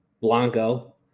blanco